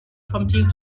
prompting